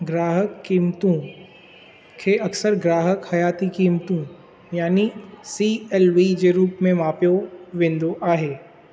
ग्राहक क़ीमतूं खे अक़्सर ग्राहक हयाती क़ीमतूं यानी सी एल वी जे रूप में मापियो वेंदो आहे